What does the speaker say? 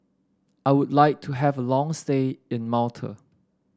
I would like to have a long stay in Malta